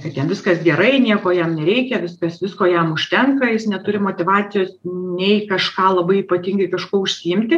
kad jam viskas gerai nieko jam nereikia viskas visko jam užtenka jis neturi motyvacijos nei kažką labai ypatingai kažkuo užsiimti